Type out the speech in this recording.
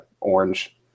orange